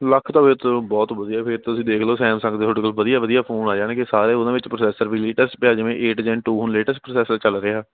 ਲੱਖ ਤਾਂ ਫਿਰ ਤਾਂ ਬਹੁਤ ਵਧੀਆ ਫਿਰ ਤੁਸੀਂ ਦੇਖ ਲਓ ਸੈਮਸੰਗ ਦੇ ਸਾਡੇ ਕੋਲ ਵਧੀਆ ਵਧੀਆ ਫੋਨ ਆ ਜਾਣਗੇ ਸਾਰੇ ਉਹਨਾਂ ਵਿਚ ਪ੍ਰੋਸੈਸਰ ਵੀ ਲੇਟੈਸਟ ਪਿਆ ਜਿਵੇਂ ਏਟ ਜੈੱਡ ਟੂ ਹੁਣ ਲੇਟੈਸਟ ਪ੍ਰੋੋਸੈਸਰ ਚਲ ਰਿਹਾ